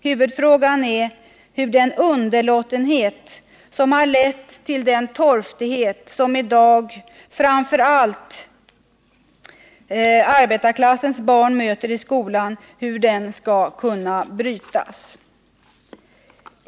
Huvudfrågan är hur den underlåtenhet som har lett till den torftighet som i dag framför allt arbetarklassens barn möter i skolan skall kunna brytas.